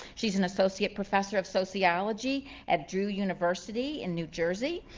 she's an associate professor of sociology at drew university in new jersey.